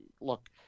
look